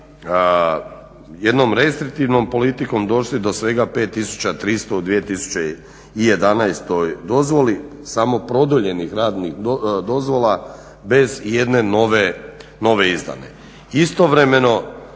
jednom restriktivnom politikom došli do svega 5300 u 2011. dozvoli samo produljenih radnih dozvola bez i jedne nove izdane. Istovremeno